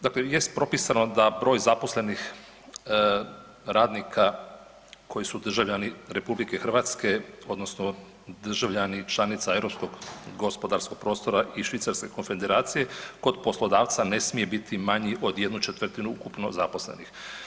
Dakle, jest propisano da broj zaposlenih radnika koji su državljani RH odnosno državljani članica Europskog gospodarskog prostora i Švicarske Konfederacije kod poslodavca ne smije biti manji od 1/4 ukupno zaposlenih.